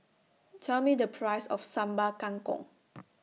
Tell Me The Price of Sambal Kangkong